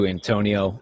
Antonio